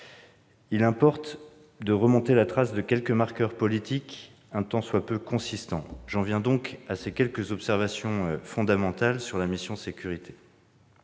Il importe de remonter la trace de quelques marqueurs politiques un tant soit peu consistants. J'en viens donc à quelques observations fondamentales sur la mission « Sécurités